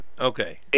okay